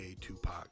Tupac